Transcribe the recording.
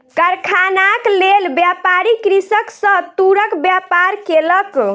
कारखानाक लेल, व्यापारी कृषक सॅ तूरक व्यापार केलक